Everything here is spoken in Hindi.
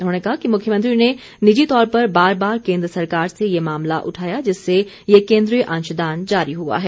उन्होंने कहा कि मुख्यमंत्री ने निजी तौर पर बार बार केन्द्र सरकार से ये मामला उठाया जिससे ये केन्द्रीय अंशदान जारी हुआ है